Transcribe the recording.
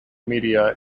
media